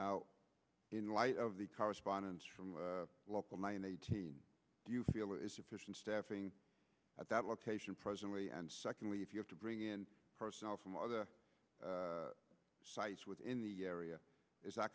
n in light of the correspondence from the local mine eighteen do you feel is sufficient staffing at that location presently and secondly if you have to bring in personnel from other sites within the area i